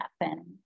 happen